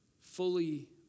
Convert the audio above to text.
Fully